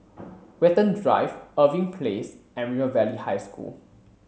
Watten Drive Irving Place and River Valley High School